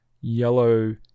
yellow